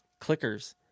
clickers